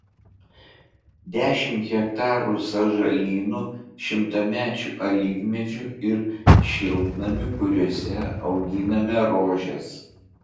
dešimt hektarų sąžalynų šimtamečių alyvmedžių ir šiltnamių kuriuose auginame rožes